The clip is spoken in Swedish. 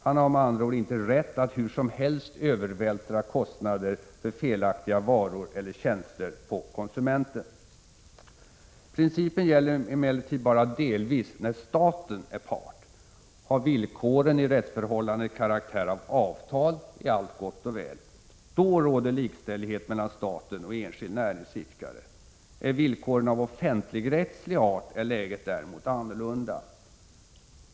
Han har med andra ord inte rätt att hur som helst övervältra kostnader för felaktiga varor eller tjänster på konsumenten. Principen gäller emellertid bara delvis när staten är part. Har villkoren i rättsförhållandet karaktär av avtal är allt gott och väl. Då råder likställighet mellan staten och enskild näringsidkare. Är villkoren av offentligrättslig art är läget däremot annorlunda.